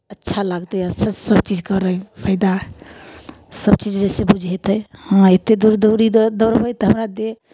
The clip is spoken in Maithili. अच्छा लागतै अच्छासँ सभचीज करै हइ फायदा सभचीज जइसे बुझयतै हँ एतेक दूर दौड़ी दौड़बै तऽ हमरा देह